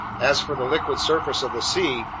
as for the liquid surface of the sea,